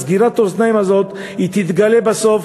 סגירת האוזניים הזאת תתגלה בסוף,